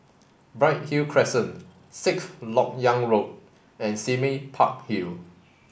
Bright Hill Crescent Lok Yang Road and Sime Park Hill